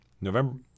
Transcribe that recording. November